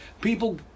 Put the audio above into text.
people